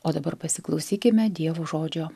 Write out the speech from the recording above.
o dabar pasiklausykime dievo žodžio